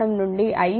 ఇది i సమీకరణం 1